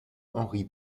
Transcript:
henri